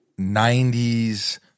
90s